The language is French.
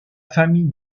famille